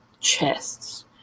chests